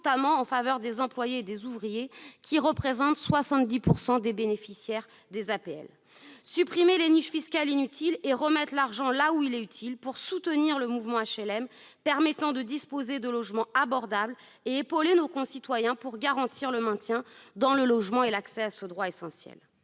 notamment en faveur des employés et des ouvriers, qui représentent 70 % des bénéficiaires des APL : supprimer les niches fiscales inutiles et remettre l'argent là où il est utile pour soutenir le mouvement HLM, permettant ainsi de disposer de logements abordables et d'épauler nos concitoyens pour garantir le maintien dans le logement et l'accès à ce droit essentiel.